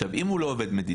עכשיו, אם הוא לא עובד מדינה,